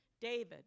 David